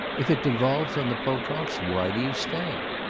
if it devolves on the pococks why do you stay?